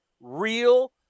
Real